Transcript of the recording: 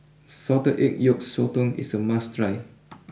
Salted Egg Yolk Sotong is a must try